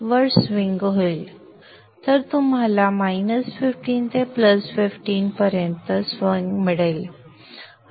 तर तुम्हाला 15 ते 15 पर्यंत स्विंग मिळेल